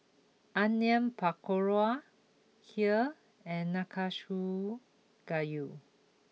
Onion Pakora Kheer and Nanakusa Gayu